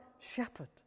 shepherd